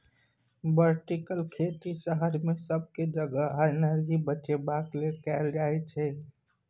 vertical खेती शहर सब मे जगह आ एनर्जी बचेबाक लेल कएल जाइत छै